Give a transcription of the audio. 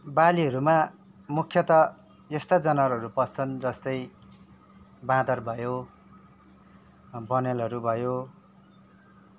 बालीहरूमा मुख्यतः यस्ता जनावरहरू पस्छन् जस्तै बाँदर भयो बनेलहरू भयो